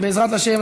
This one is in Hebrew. בעזרת השם,